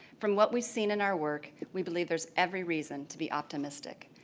from what we've seen in our work, we believe there's every reason to be optimistic.